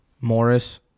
Morris